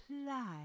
apply